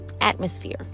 atmosphere